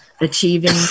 achieving